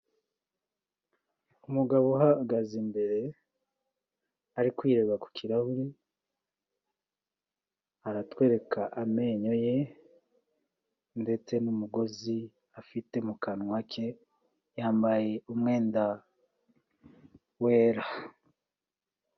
Umugabo uhagaze imbere ari kwireba ku kirahure aratwereka amenyo ye ndetse n'umugozi afite mu kanwa ke yambaye umwenda wera.